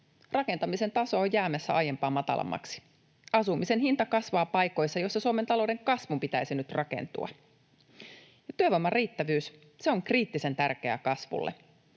Rakentamisen taso on jäämässä aiempaa matalammaksi. Asumisen hinta kasvaa paikoissa, joissa Suomen talouden kasvun pitäisi nyt rakentua. Työvoiman riittävyys on kriittisen tärkeää kasvulle.